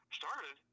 started